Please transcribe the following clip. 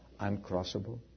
uncrossable